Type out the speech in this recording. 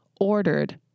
ordered